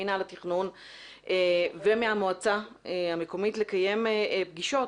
ממינהל התכנון ומהמועצה האזורית לקיים פגישות